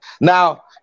Now